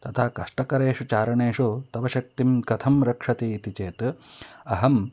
तथा कष्टकरेषु चारणेषु तव शक्तिं कथं रक्षति इति चेत् अहं